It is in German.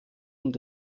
und